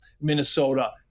Minnesota